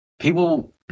people